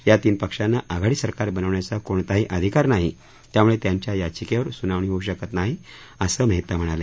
या तीन पक्षांना आघाडी सरकार बनवण्याचा कोणताही अधिकार नाही त्यामुळे त्यांच्या याचिकेवर सुनावणी होऊ शकत नाही असं मेहता म्हणाले